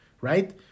right